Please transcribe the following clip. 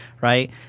right